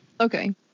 Okay